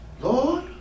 Lord